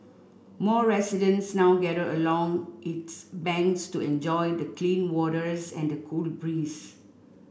more residents now gather along its banks to enjoy the clean waters and the cold breeze